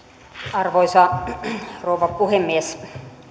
arvoisa rouva puhemies